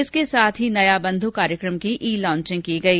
इसके साथ ही नया बंधु कार्यक्रम की ई लॉन्चिंग की गई